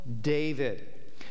David